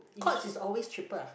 Courts is always cheaper ah